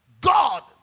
God